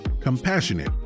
Compassionate